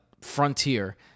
frontier